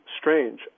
strange